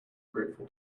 grateful